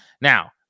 Now